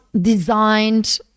designed